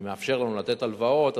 וזה מאפשר לנו לתת הלוואות.